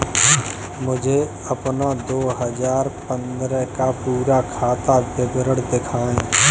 मुझे अपना दो हजार पन्द्रह का पूरा खाता विवरण दिखाएँ?